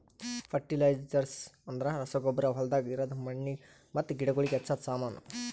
fertilisers ಅಂದ್ರ ರಸಗೊಬ್ಬರ ಹೊಲ್ದಾಗ ಇರದ್ ಮಣ್ಣಿಗ್ ಮತ್ತ ಗಿಡಗೋಳಿಗ್ ಹಚ್ಚದ ಸಾಮಾನು